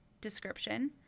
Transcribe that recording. description